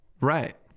Right